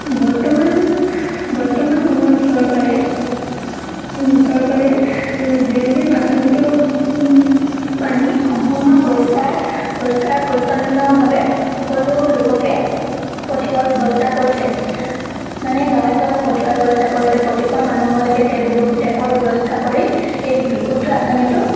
বৰ্তমান বৰ্তমান সময়ত চৰকাৰে চৰকাৰে জে জে এম আচঁনিটো পানী সম্পূৰ্ণ পৰিষ্কাৰ পৰিষ্কাৰ পৰিছন্নভাৱে সকলো লোককে পঠিওৱাৰ ব্যৱস্থা কৰিছে মানে গাঁৱে গাঁৱে পঠিওৱাৰ ব্যৱস্থা কৰিছে প্ৰতি ঘৰ মানুহলৈকে টেপ বিব টেপৰ ব্যৱস্থা কৰি এই বিশুদ্ধ আচঁনিটো